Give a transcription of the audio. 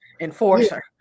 enforcer